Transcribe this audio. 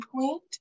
point